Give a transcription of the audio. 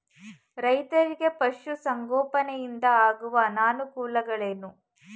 ರೈತರಿಗೆ ಪಶು ಸಂಗೋಪನೆಯಿಂದ ಆಗುವ ಅನುಕೂಲಗಳೇನು?